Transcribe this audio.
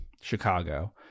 Chicago